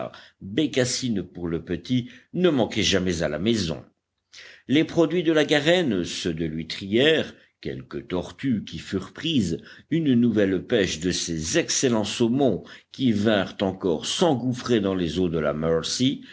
bécassines pour le petit ne manquaient jamais à la maison les produits de la garenne ceux de l'huîtrière quelques tortues qui furent prises une nouvelle pêche de ces excellents saumons qui vinrent encore s'engouffrer dans les eaux de la mercy